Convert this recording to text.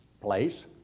place